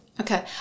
Okay